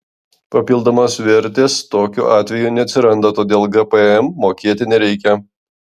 papildomos vertės tokiu atveju neatsiranda todėl gpm mokėti nereikia